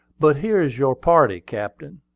but here is your party, captain.